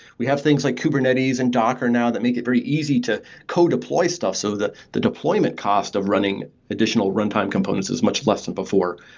we have things like kubernetes and docker now that make it very easy to co-deploy stuff so that the deployment cost of running additional runtime components is much less than before.